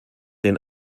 den